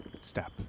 step